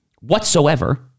Whatsoever